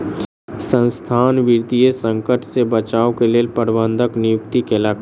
संसथान वित्तीय संकट से बचाव के लेल प्रबंधक के नियुक्ति केलक